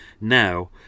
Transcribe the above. now